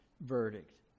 verdict